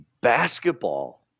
Basketball